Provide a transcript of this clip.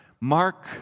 Mark